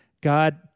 God